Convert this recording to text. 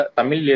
Tamil